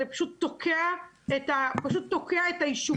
זה פשוט תוקע את היישובים ואת הערים.